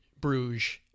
Bruges